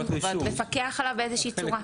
או מפקח עליו באיזו שהיא צורה?